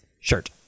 shirt